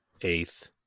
eighth